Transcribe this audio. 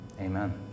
amen